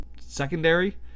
secondary